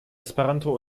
esperanto